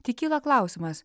tik kyla klausimas